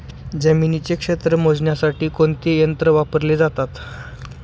जमिनीचे क्षेत्र मोजण्यासाठी कोणते यंत्र वापरले जाते?